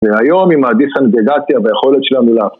והיום אני מעדיף הנגדה והיכולת של המילה.